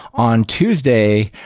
on tuesday,